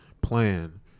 plan